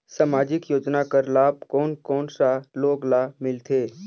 समाजिक योजना कर लाभ कोन कोन सा लोग ला मिलथे?